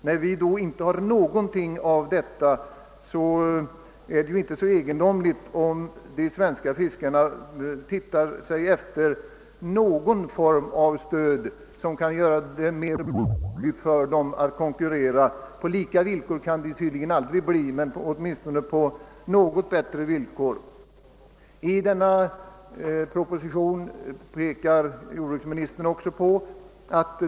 När vi inte har någonting motsvarande är det inte så egendomligt om de svenska fiskarna ser sig om efter någon form av stöd som kan göra det möjligt för dem att konkurrera på något bättre villkor — på lika villkor kan det tydligen aldrig bli.